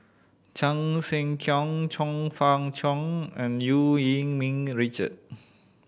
Chan Sek Keong Chong Fah Cheong and Eu Yee Ming Richard